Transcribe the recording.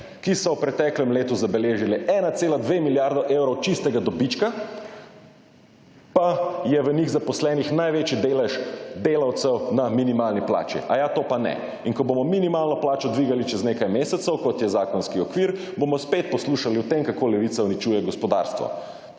ki so v preteklem letu zabeležile 1,2 milijardi evrov čistega dobička, pa je v njih zaposlenih največji delež delavcev na minimalni plači. Aja, to pa ne. In ko bomo minimalno plačo dvigali čez nekaj mesecev kot je zakonski okvir, bomo spet poslušali o tem, kako Levica uničuje gospodarstvo.